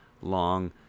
long